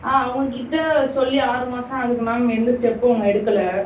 ஆ அவங்கக்கிட்ட சொல்லி ஆறு மாதம் ஆகுது மேம் எந்த ஸ்டெப்பும் அவங்க எடுக்கலை